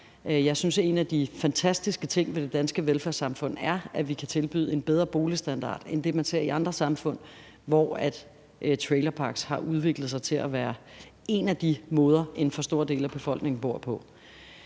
Jeg synes, en af de fantastiske ting ved det danske velfærdssamfund er, at vi kan tilbyde en bedre boligstandard end det, man ser i andre samfund, hvor trailerparker har udviklet sig til at være en af de måder, en for stor del af befolkningen bor på.